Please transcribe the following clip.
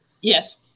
Yes